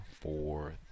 four